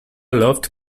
loved